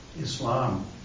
Islam